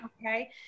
Okay